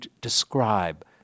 describe